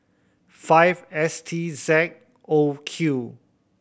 five S T Z O Q